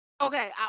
Okay